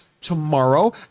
tomorrow